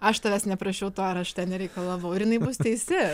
aš tavęs neprašiau to ar aš ten nereikalavau ir jinai bus teisi